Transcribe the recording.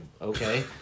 okay